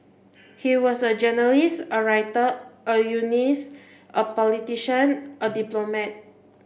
he was a journalist a writer a unionist a politician a diplomat